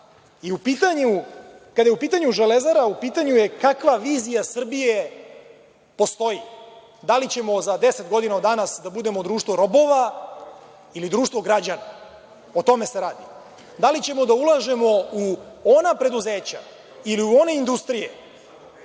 radnu snagu. Kada je u pitanju „Železara“, u pitanju je kakva vizija Srbije postoji. Da li ćemo za deset godina od danas da budemo društvo robova ili društvo građana? O tome se radi. Da li ćemo da ulažemo u ona preduzeća ili u one industrije